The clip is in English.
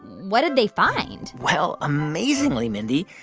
what did they find? well, amazingly, mindy,